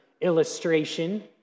illustration